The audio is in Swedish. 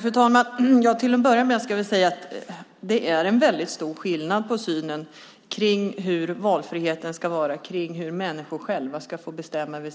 Fru talman! Till att börja med ska jag säga att det är en väldigt stor skillnad mellan den nuvarande alliansregeringens och Vänsterpartiets syn på hur valfriheten ska utformas så att människor själva ska få bestämma över